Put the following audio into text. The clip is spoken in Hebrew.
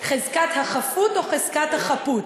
חזקת החפות או חזקת החפות?